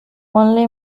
only